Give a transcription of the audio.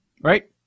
right